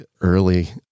early